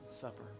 Supper